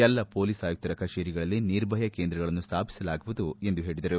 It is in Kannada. ಎಲ್ಲಾ ಮೊಲೀಸ್ ಆಯುಕ್ತರ ಕಚೇರಿಗಳಲ್ಲಿ ನಿರ್ಭಯ ಕೇಂದ್ರಗಳನ್ನು ಸ್ವಾಪಿಸಲಾಗುವುದು ಎಂದು ಹೇಳಿದರು